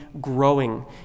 growing